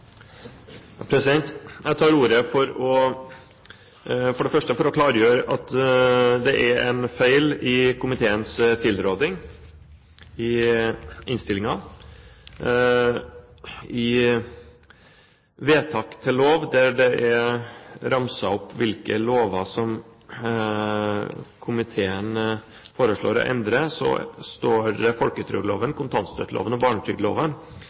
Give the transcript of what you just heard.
detaljstyrer. Jeg tar ordet, for det første, for å klargjøre at det er en feil i komiteens tilråding i innstillingen. I vedtak til lov, der det er ramset opp hvilke lover som komiteen foreslår å endre, står det «folketrygdloven, kontantstøtteloven og barnetrygdloven».